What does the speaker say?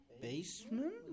Basement